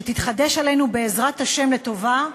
שתתחדש עלינו בעזרת השם לטובה,